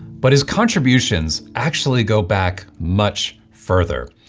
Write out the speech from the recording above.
but his contributions actually go back much further.